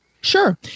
Sure